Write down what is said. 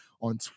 on